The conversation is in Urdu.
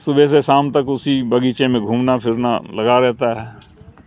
صبح سے شام تک اسی باغیچے میں گھومنا پھرنا لگا رہتا ہے